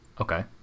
Okay